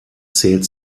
zählt